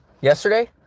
yesterday